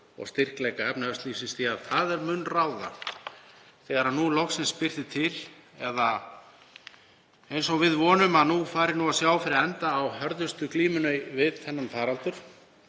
og styrkleika efnahagslífsins, því að það mun ráða þegar nú loksins birtir til, eða, eins og við vonum, að nú fari að sjá fyrir endann á hörðustu glímunni við þennan faraldur,